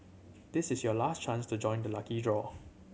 this is your last chance to join the lucky draw